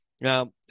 Now